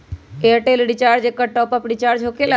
Airtel recharge एकर top off recharge होकेला?